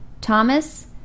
Thomas